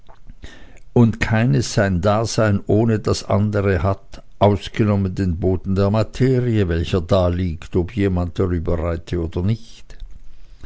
und keines sein dasein ohne das andere hat ausgenommen den boden der materie welcher daliegt ob jemand darüber reite oder nicht